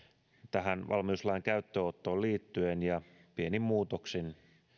tähän valmiuslain käyttöönottoon liittyen ja pienin muutoksin